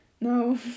no